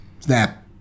Snap